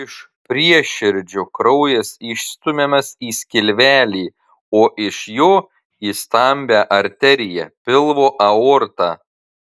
iš prieširdžio kraujas išstumiamas į skilvelį o iš jo į stambią arteriją pilvo aortą